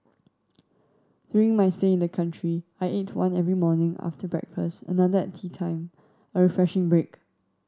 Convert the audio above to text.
during my stay in the country I ate one every morning after breakfast and another at teatime a refreshing break